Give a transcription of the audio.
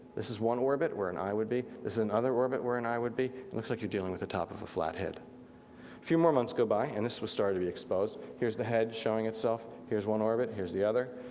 this is one orbit where an eye would be, this is another orbit where an eye would be, looks like you're dealing with the top of a flat head. a few more months go by, and this was starting to be exposed, here's the head showing itself, here's one orbit, here's the other,